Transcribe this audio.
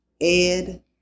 Ed